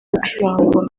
gucurangwa